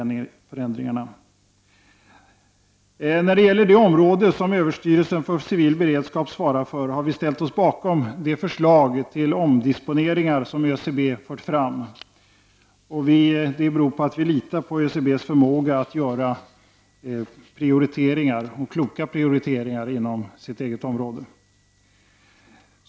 När det gäller det område som överstyrelsen för civil beredskap svarar för har vi ställt oss bakom de förslag till omdisponeringar som ÖCB fört fram. Det beror på att vi litar på ÖCB:s förmåga att göra kloka prioriteringar inom sitt eget område.